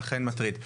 אכן מטריד.